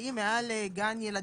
שנמצאים מעל גן ילדים,